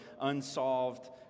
unsolved